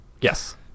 Yes